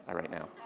right now.